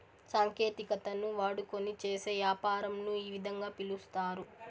సాంకేతికతను వాడుకొని చేసే యాపారంను ఈ విధంగా పిలుస్తారు